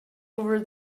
over